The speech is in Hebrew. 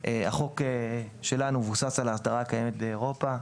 החוק שלנו מבוסס על ההסדרה הקיימת באירופה,